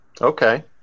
Okay